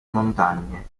montagne